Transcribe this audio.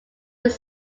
its